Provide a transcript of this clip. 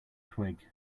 twig